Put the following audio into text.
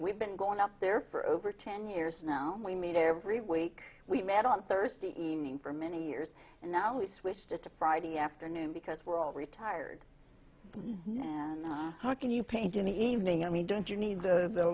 we've been going up there for over ten years now we meet every week we met on thursday evening for many years and now we switched it to friday afternoon because we're all retired and how can you paint in the evening and we don't you need the